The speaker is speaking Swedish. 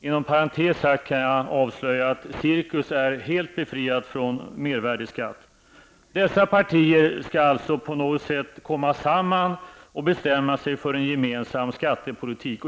Inom parentes kan jag avslöja att cirkus är helt befriad från mervärdeskatt. Dessa partier skall alltså på något sätt komma samman och bestämma sig för en gemensam skattepolitik.